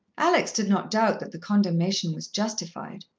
alex did not doubt that the condemnation was justified.